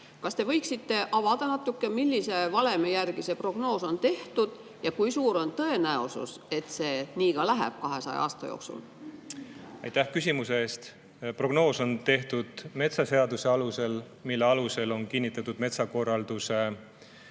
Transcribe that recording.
Kas te võiksite natuke avada, millise valemi järgi see prognoos on tehtud ja kui suur on tõenäosus, et see 200 aasta jooksul nii ka läheb? Aitäh küsimuse eest! Prognoos on tehtud metsaseaduse alusel, mille alusel on kinnitatud metsakorralduse